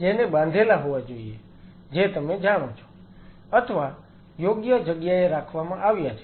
જેને બાંધેલા હોવા જોઈએ જે તમે જાણો છો અથવા યોગ્ય જગ્યાએ રાખવામાં આવ્યા છે